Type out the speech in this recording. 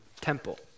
temple